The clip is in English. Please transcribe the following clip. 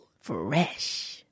Fresh